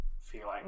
feeling